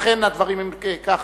אם אכן הדברים הם כך.